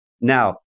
Now